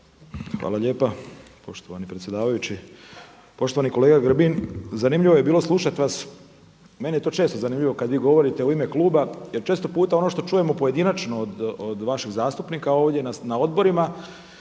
Hvala lijepa, poštovani predsjedavajući. Poštovani kolega Grbin zanimljivo je bilo slušati vas. Meni je to često zanimljivo kada vi govorite u ime kluba jer često puta ono što čujemo pojedinačno od vašeg zastupnika ovdje na odborima